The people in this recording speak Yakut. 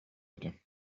этим